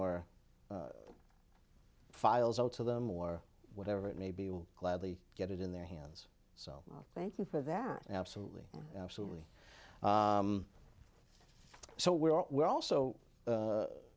or files out to them or whatever it may be will gladly get it in their hands so thank you for that absolutely absolutely so we are we're also